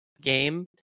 game